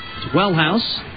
Wellhouse